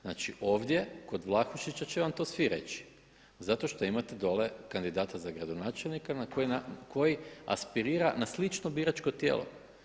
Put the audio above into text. Znači ovdje kod Vlahušića će vam to svi reći zato što imate dolje kandidata za gradonačelnika koji aspirira na slično biračko tijelo.